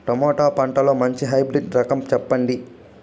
Tomato పంటలో మంచి hybrid రకం చెప్పండి?